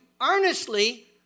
earnestly